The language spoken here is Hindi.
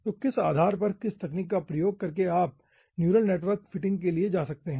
तो किस आधार पर किस तकनीक का प्रयोग करके आप न्यूरल नेटवर्क फिटिंग के लिए जा सकते है